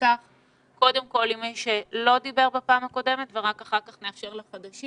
נפתח קודם כל עם מי שלא דיבר בפעם הקודמת ורק אחר כך נאפשר לחדשים.